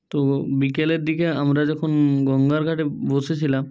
তো বিকেলের দিকে আমরা যখন গঙ্গার ঘাটে বসেছিলাম